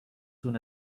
soon